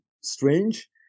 strange